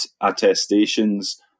attestations